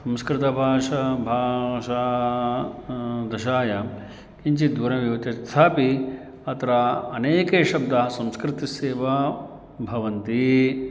संस्कृतभाषा भाषा दशायां किञ्चित् द्वरं इव यथापि अत्र अनेके शब्दाः संस्कृतस्य वा भवन्ति